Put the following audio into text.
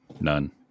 None